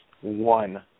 one